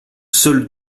seuls